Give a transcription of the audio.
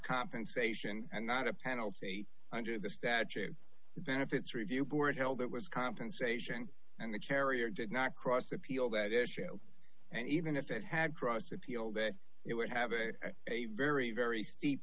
compensation and not a penalty under the statute benefits review board held that was compensation and the charity or did not cross appeal that issue and even if it had cross appeal that it would have a very very steep